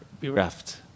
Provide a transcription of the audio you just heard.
bereft